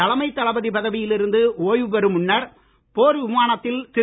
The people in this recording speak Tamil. தலைமை தளபதி பதவியில் இருந்து ஓய்வு பெறும் முன்னர் போர் விமானத்தில் திரு